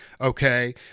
okay